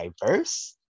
diverse